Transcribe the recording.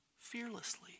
fearlessly